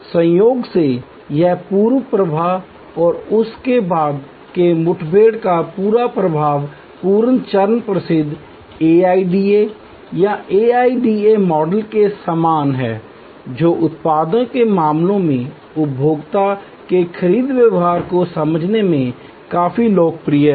संयोग से यह पूर्व प्रवाह और उस के बाद के मुठभेड़ का पूरा प्रवाह पूर्व चरण प्रसिद्ध AIDA या AIDA मॉडल के समान है जो उत्पादों के मामले में उपभोक्ता के खरीद व्यवहार को समझने में काफी लोकप्रिय है